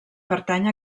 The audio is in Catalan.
pertany